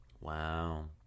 Wow